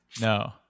No